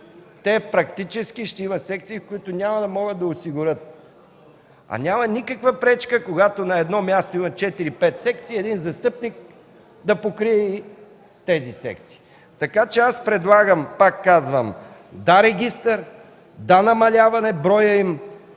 Те практически ще имат секции, в които няма да могат да осигурят, а няма никаква пречка, когато на едно място има четири, пет секции и един застъпник да покрие и тези секции. Така че предлагам, пак казвам: да – регистър, да – намаляване броят им